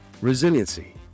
resiliency